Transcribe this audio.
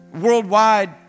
worldwide